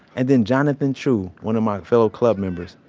and then, jonathan true, one of my fellow club members,